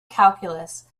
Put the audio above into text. calculus